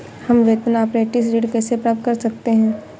हम वेतन अपरेंटिस ऋण कैसे प्राप्त कर सकते हैं?